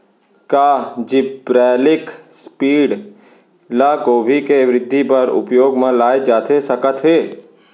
का gibberellic acid ल गोभी के वृद्धि बर उपयोग म लाये जाथे सकत हे?